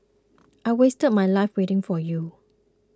I wasted my life waiting for you